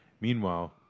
Meanwhile